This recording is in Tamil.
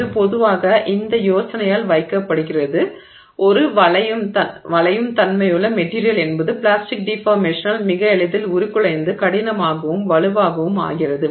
இது பொதுவாக இந்த யோசனையால் கைப்பற்றப்படுகிறது ஒரு வளையும் தன்மையுள்ள மெட்டிரியல் என்பது பிளாஸ்டிக் டிஃபார்மேஷனால் மிக எளிதில் உருக்குலைந்து கடினமாகவும் வலுவாகவும் ஆகிறது